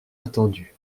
attendu